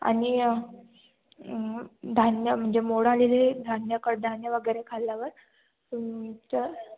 आणि धान्य म्हणजे मोड आलेले धान्य कडधान्य वगैरे खाल्ल्यावर तर